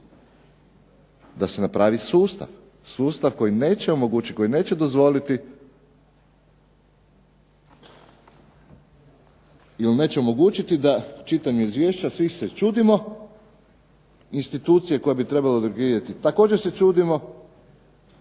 da se napravi sustav, sustav koji neće omogućiti, koji neće dozvoliti ili neće omogućiti da čitanjem izvješća svi se čudimo, institucije koji bi trebale …/Ne razumije se./… također se čudimo,